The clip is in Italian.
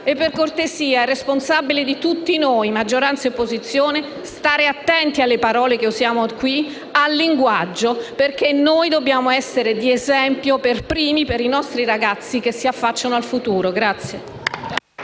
E, per cortesia, è responsabilità di tutti noi, maggioranza e opposizione, stare attenti alle parole che usiamo qui, al linguaggio, perché noi dobbiamo essere per primi di esempio per i nostri ragazzi che si affacciano al futuro.